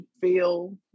feel